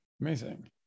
Amazing